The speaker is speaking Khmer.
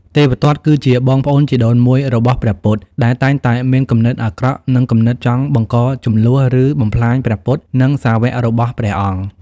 ទេវទត្ត គឺជាបងប្អូនជីដូនមួយរបស់ព្រះពុទ្ធ ដែលតែងតែមានគំនិតអាក្រក់ និងគំនិតចង់បង្កជម្លោះ ឬបំផ្លាញព្រះពុទ្ធ និងសាវ័ករបស់ព្រះអង្គ។